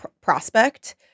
prospect